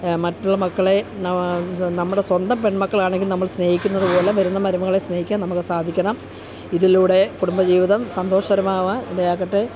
മറ്റുള്ള മക്കളെ ത് നമ്മുടെ സ്വന്തം പെണ്മക്കളാണെങ്കിൽ നമ്മൾ സ്നേഹിക്കുന്നത് പോലെ വരുന്ന മരുമകളെ സ്നേഹിക്കാൻ നമുക്ക് സാധിക്കണം ഇതിലൂടെ കുടുംബജീവിതം സന്തോഷപരമാവാൻ ഇടയാകട്ടെ